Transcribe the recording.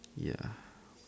ya